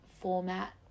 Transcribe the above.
format